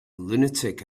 lunatic